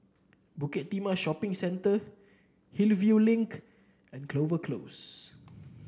Bukit Timah Shopping Centre Hillview Link and Clover Close